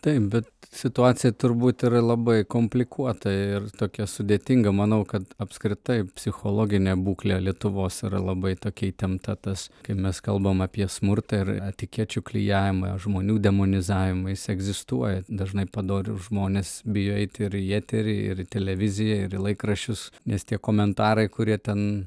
taip bet situacija turbūt yra labai komplikuota ir tokia sudėtinga manau kad apskritai psichologinė būklė lietuvos yra labai tokia įtempta tas kai mes kalbam apie smurtą ir etikečių klijavimą žmonių demonizavimą jis egzistuoja dažnai padorius žmones bijo eiti ir į eterį ir į televiziją ir į laikraščius nes tie komentarai kurie ten